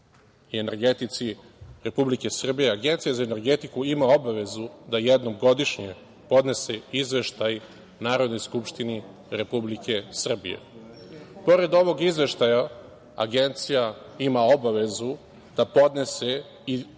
i energetici Republike Srbije, Agencija za energetiku ima obavezu da jednom godišnje podnosi izveštaj Narodnoj skupštini Republike Srbije. Pored ovog izveštaja, Agencija ima obavezu da podnosi i